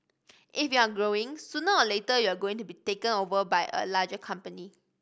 if you're growing sooner or later you are going to be taken over by a larger company